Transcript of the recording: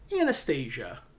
anastasia